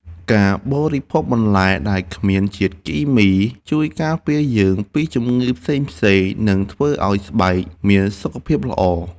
ការបរិភោគបន្លែដែលគ្មានជាតិគីមីជួយការពារយើងពីជំងឺផ្សេងៗ និងធ្វើឱ្យស្បែកមានសុខភាពល្អ។